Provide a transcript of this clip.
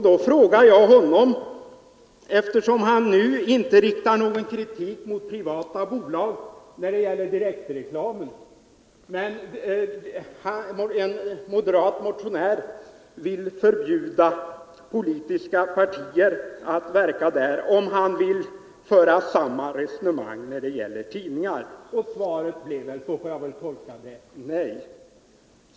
Då frågade jag honom, eftersom han inte riktar någon kritik mot privata bolag när det gäller direktreklam men en moderat motionär vill förbjuda politiska partier att verka på detta område, om han vill föra samma resonemang när det gäller tidningar och svaret blev — så får jag väl tolka det — nej.